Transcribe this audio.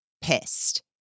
pissed